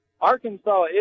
Arkansas